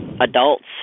adults